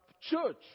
church